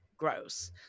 gross